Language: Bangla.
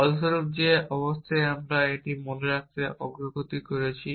ফলস্বরূপ যে অবস্থায় আমরা এটি মনে রাখতে অগ্রগতি করেছি